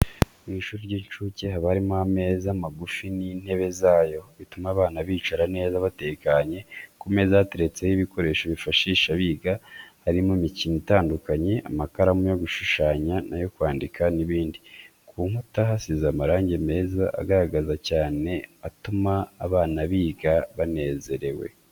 Mu ishuri ry'incuke haba harimo ameza magufi n'intebe zayo, bituma abana bicara neza batekanye, ku meza hateretseho ibikoresho bifashisha biga, harimo imikino itandukanye, amakaramu yo gushushanya n'ayo kwandika n'ibindi. Ku nkuta hasize amarangi meza agaragara cyane atuma abana biga banezerewe.